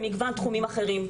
במגוון תחומים אחרים,